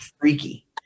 freaky